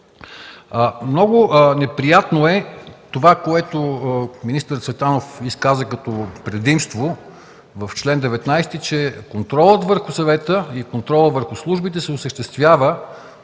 Много неприятно е това, което министър Цветанов изказа като предимство в чл. 19, че контролът върху съвета и контролът върху службите се осъществява